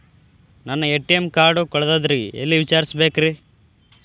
ನನ್ನ ATM card ಕಳದದ್ರಿ ಎಲ್ಲಿ ವಿಚಾರಿಸ್ಬೇಕ್ರಿ?